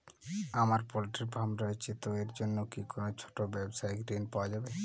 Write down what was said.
আমার poultry farm রয়েছে তো এর জন্য কি কোনো ছোটো ব্যাবসায়িক ঋণ পাওয়া যাবে?